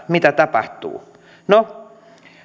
mitä tapahtuu no